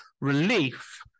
relief